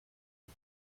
are